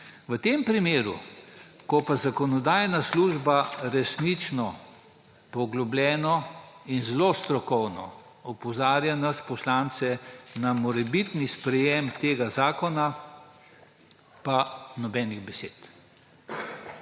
V tem primeru, ko pa Zakonodajno-pravna služba resnično poglobljeno in zelo strokovno opozarja nas, poslance na morebitni sprejem tega zakona, pa nobenih besed.